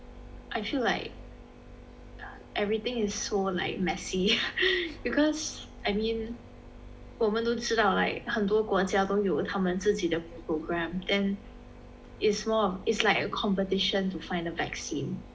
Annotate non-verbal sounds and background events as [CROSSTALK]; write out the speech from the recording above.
I feel like everything is so like messy [BREATH] because I mean 我们都知道 like 很多国家都有他们自己的 program then it's more of it's like a competition to find a vaccine